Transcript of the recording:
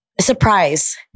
surprise